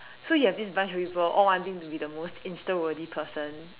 so you have this bunch of people all wanting to be the most Insta worthy person